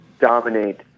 dominate